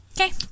Okay